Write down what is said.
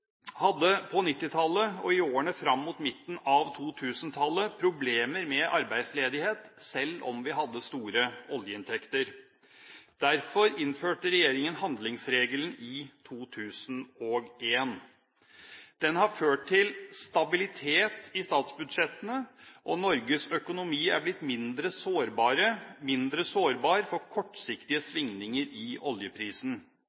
hadde på 1990-tallet og i årene fram mot midten av 2000-tallet problemer med arbeidsledighet, selv om vi hadde store oljeinntekter. Derfor innførte regjeringen handlingsregelen i 2001. Den har ført til stabilitet i statsbudsjettene, og Norges økonomi er blitt mindre sårbar for kortsiktige